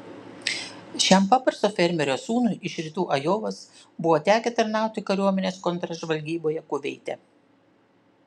šiam paprasto fermerio sūnui iš rytų ajovos buvo tekę tarnauti kariuomenės kontržvalgyboje kuveite